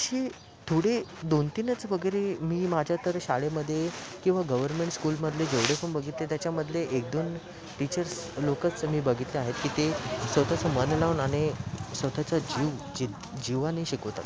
अशी थोडी दोनतीनच वगैरे मी माझ्यातर शाळेमध्ये किंवा गव्हर्नमेंट स्कूलमधले जेवढे पण बघितले त्याच्यामधले एकदोन टीचर्स लोकच मी बघितले आहेत की ते स्वतःचा मन लावून आणि स्वतःचा जीव जी जीवानी शिकवतात